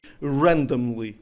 randomly